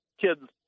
kids